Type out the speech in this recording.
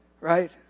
Right